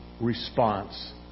response